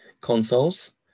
consoles